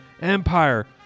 Empire